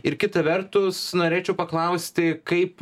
ir kita vertus norėčiau paklausti kaip